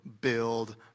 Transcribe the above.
build